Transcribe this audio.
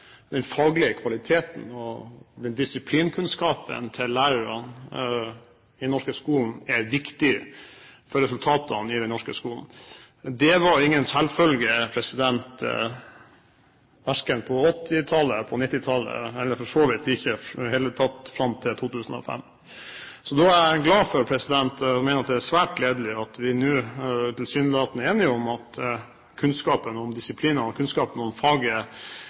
den faglige kvaliteten og disiplinkunnskapen til lærerne i den norske skolen er viktig for resultatene i den norske skolen. Det var ingen selvfølge verken på 1980-tallet, på 1990-tallet eller for så vidt ikke i det hele tatt fram til 2005. Så jeg mener at det er svært gledelig at vi nå tilsynelatende er enige om at kunnskap om disiplin og